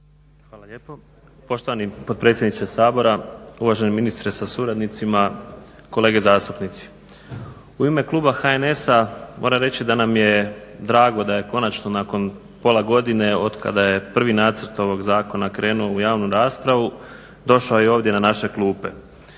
Hvala lijepo poštovani potpredsjedniče Sabora, uvaženi ministre sa suradnicima, kolege zastupnice. U ime kluba HNS-a moram reći da nam je drago da je nakon pola godine otkada je prvi nacrt ovog zakona krenuo u javnu raspravu došao i ovdje na naše klupe.